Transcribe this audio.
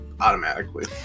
automatically